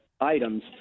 items